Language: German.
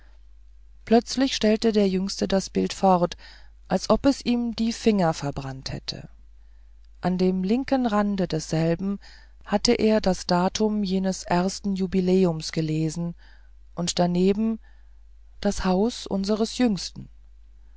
plötzlich stellte der jüngste das bild fort als ob es ihm die finger verbrannt hätte an dem linken rande desselben hatte er das datum jenes ersten jubiläums gelesen und daneben das haus unseres jüngsten